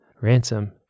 Ransom